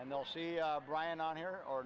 and they'll see brian on here or